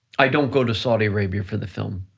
i don't go to saudi arabia for the film,